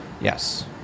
Yes